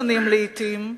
מוחצנים לעתים,